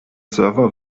server